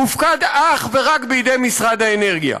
מופקד אך ורק בידי משרד האנרגיה.